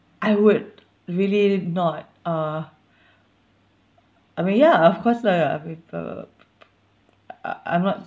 I would really not uh I mean ya of course lah with uh uh I'm not